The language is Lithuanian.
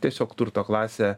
tiesiog turto klasę